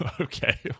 okay